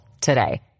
today